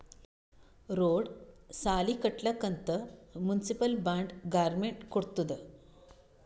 road, ಸಾಲಿ ಕಟ್ಲಕ್ ಅಂತ್ ಮುನ್ಸಿಪಲ್ ಬಾಂಡ್ ಗೌರ್ಮೆಂಟ್ ಕೊಡ್ತುದ್